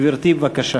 גברתי, בבקשה.